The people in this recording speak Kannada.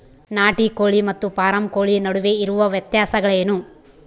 ನಾಟಿ ಕೋಳಿ ಮತ್ತು ಫಾರಂ ಕೋಳಿ ನಡುವೆ ಇರುವ ವ್ಯತ್ಯಾಸಗಳೇನು?